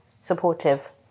supportive